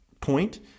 point